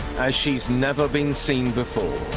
as she's never been seen before